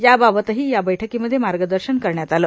याबाबतही या बैठकीमध्ये मार्गदर्शन करण्यात आले